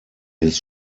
his